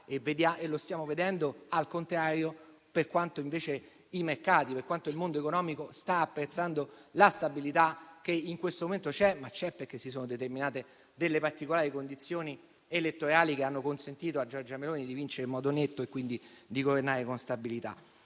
paga. Stiamo vedendo, al contrario, quanto invece i mercati e il mondo economico stanno apprezzando la stabilità che in questo momento c'è perché si sono determinate delle particolari condizioni elettorali che hanno consentito a Giorgia Meloni di vincere in modo netto e quindi di governare con stabilità.